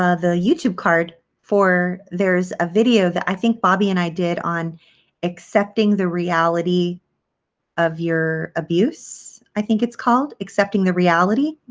ah the youtube card for, there's a video that i think bobbi and i did on accepting the reality of your abuse i think it's called accepting the reality